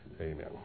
Amen